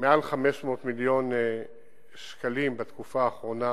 מעל 500 מיליון שקלים בתקופה האחרונה,